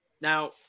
Now